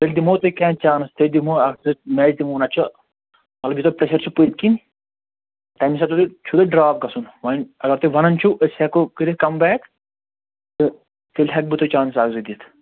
أسۍ دِمہو تۅہہِ سکینٛڈ چانس تۄہہِ دِمہو اکھ زٕ میچ دِمہو اچھا البتہٕ پریشر چھُ پٔتۍ کِنۍ تمہِ ساتہٕ چھُو تۅہہِ ڈرٛاپ گژھُن وۅنۍ اگر تُہۍ ونان چھِو أسۍ ہیٚکو کٔرِتھ کَم بیک تہٕ تیٚلہِ ہیٚکہٕ بہٕ تۄہہِ چانسِز اکھ زٕ دِتھ